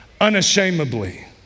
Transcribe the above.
unashamedly